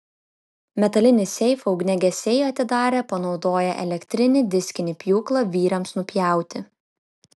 metalinį seifą ugniagesiai atidarė panaudoję elektrinį diskinį pjūklą vyriams nupjauti